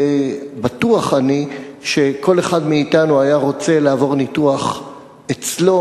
בטוח אני שכל אחד מאתנו היה רוצה לעבור ניתוח אצלו